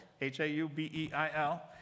H-A-U-B-E-I-L